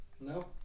no